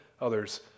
others